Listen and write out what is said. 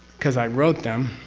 because i wrote them,